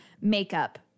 makeup